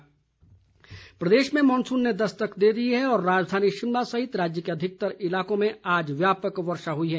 मौसम प्रदेश में मॉनसून ने दस्तक दे दी है और राजधानी शिमला सहित राज्य के अधिकतर इलाकों में आज व्यापक वर्षा हुई है